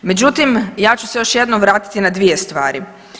Međutim, ja ću se još jednom vratiti na dvije stvari.